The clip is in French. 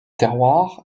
terroir